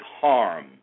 harm